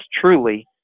truly